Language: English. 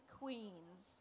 queens